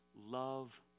love